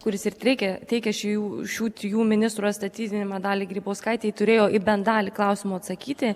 kuris ir treikia teikia šių šių trijų ministrų atstatydinimą daliai grybauskaitei turėjo į bent dalį klausimų atsakyti